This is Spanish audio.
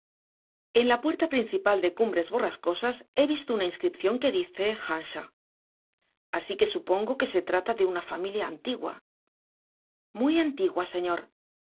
en la puerta principal de cumbres borrascosas he visto una inscripción que dice earnshaw así que supongo que se trata de una familia antigua muy antigua señor